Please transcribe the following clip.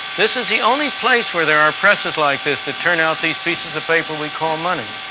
this is the only place were there are presses like this that turn out these pieces of paper we call money.